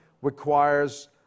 requires